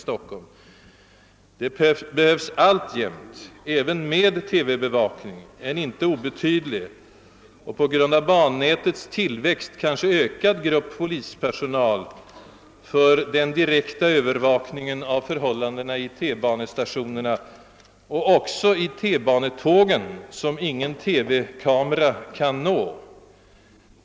Det behövs alltjämt, även med TV-bevakning, en inte obetydlig och på grund av bannätets tillväxt kanske t.o.m. ökad grupp polispersonal för den direkta övervakningen av förhållandena på T-banestationerna och f.ö. även i T-banetågen, som ingen TV-kamera kan nå.